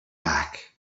back